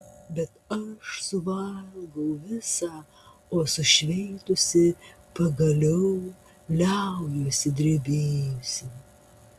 bet aš suvalgau visą o sušveitusi pagaliau liaujuosi drebėjusi